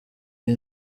iyi